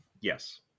Yes